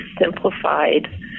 simplified